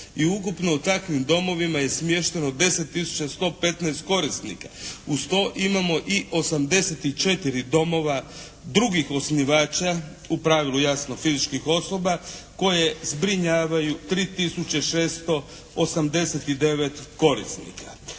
i ukupno u takvim domovima je smješteno 10 tisuća 115 korisnika. Uz to imamo i 84 domova drugih osnivača u pravilu jasno fizičkih osoba koje zbrinjavaju 3 tisuće 689 korisnika.